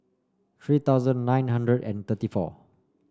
three thousand nine hundred and thirty four